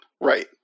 Right